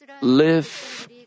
live